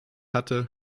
hatte